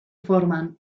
forman